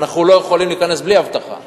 אבל אנחנו לא יכולים להיכנס בלי אבטחה.